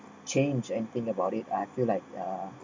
change and think about it I feel like uh